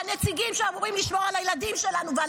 הנציגים שאמורים לשמור על הילדים שלנו ועל